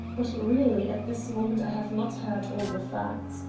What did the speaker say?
but really at this moment i have not heard all the facts.